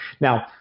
Now